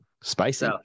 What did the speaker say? spicy